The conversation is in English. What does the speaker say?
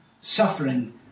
Suffering